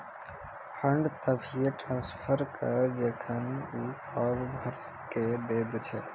fund तभिये transfer करऽ जेखन ऊ फॉर्म भरऽ के दै छै